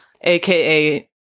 aka